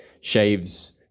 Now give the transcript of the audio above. shaves